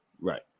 Right